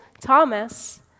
Thomas